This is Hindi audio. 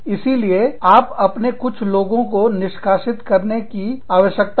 इसीलिए आप अपने कुछ लोगों को निष्कासित करने की आवश्यकता है